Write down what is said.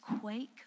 quake